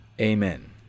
Amen